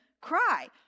cry